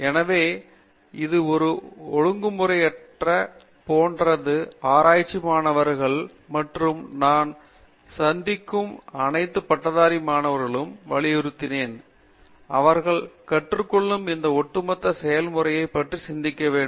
எனவே இது ஒரு ஒழுங்குமுறையைப் போன்றது என்று எனது ஆராய்ச்சி மாணவர்கள் மற்றும் நான் சந்திக்கும் அனைத்து பட்டதாரி மாணவர்களுக்கும் வலியுறுத்துகிறேன் அவர்கள் கற்றுக் கொள்ளும் இந்த ஒட்டுமொத்த செயல்முறையைப் பற்றி சிந்திக்க வேண்டும்